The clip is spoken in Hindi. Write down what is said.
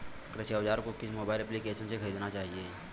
कृषि औज़ार को किस मोबाइल एप्पलीकेशन से ख़रीदना चाहिए?